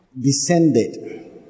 Descended